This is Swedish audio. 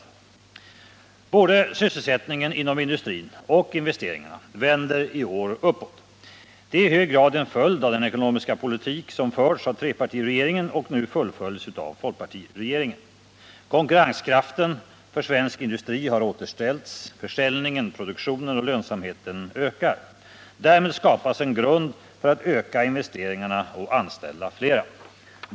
Både sysselsättningen inom industrin och investeringarna vänder i år uppåt. Det är i hög grad en följd av den ekonomiska politik som förts av trepartiregeringen och som nu fullföljts av folkpartiregeringen. Konkurrenskraften för svensk industri har återställts. Försäljningen, produktionen och lönsamheten ökar. Därmed skapas en grund för att öka investeringarna och anställa flera.